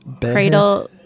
Cradle